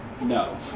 No